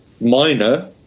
minor